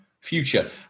future